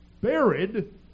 buried